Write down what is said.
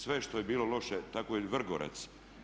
Sve što je bilo loše, tako i Vrgorac.